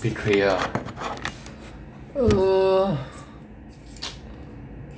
uh